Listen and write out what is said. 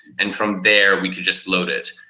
and from there we can just load it.